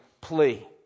plea